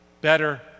Better